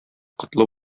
котлы